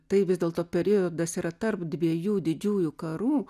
tai vis dėlto periodas yra tarp dviejų didžiųjų karų